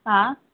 हा